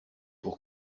pour